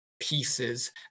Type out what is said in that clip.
pieces